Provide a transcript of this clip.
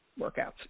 workouts